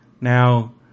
now